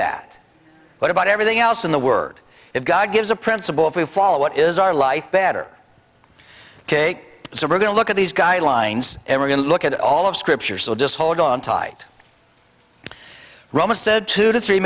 that what about everything else in the word of god gives a principle if we follow what is our life better ok so we're going to look at these guidelines and we're going to look at all of scripture so just hold on tight roma said two to three